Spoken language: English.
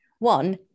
One